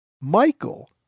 Michael